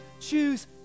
choose